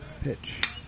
pitch